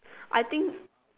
I think